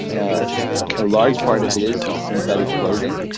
ah ah a large part of it is, is synthetic clothing.